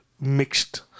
mixed